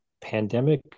pandemic